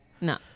No